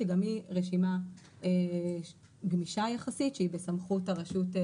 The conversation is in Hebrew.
שגם היא רשימה גמישה יחסית שהיא בסמכות הרשות לניירות